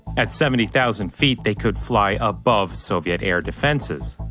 at seventy thousand feet, they could fly above soviet air defenses.